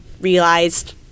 realized